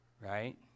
right